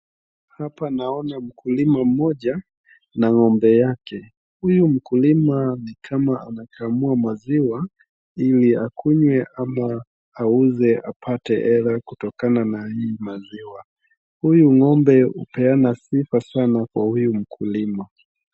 Hapa naona mkulima mmoja na ng'ombe yake. Huyu mkulima ni kama anakamua maziwa ili akunywe ama auze apate hela kutokana na hii maziwa. Huyu ng'ombe hupeana sifa sana kwa huyu mkulima.